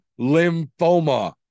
lymphoma